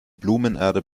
blumenerde